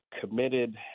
committed